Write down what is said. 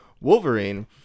Wolverine